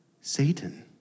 Satan